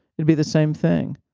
it'd be the same thing.